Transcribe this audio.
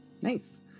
Nice